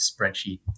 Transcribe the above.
spreadsheet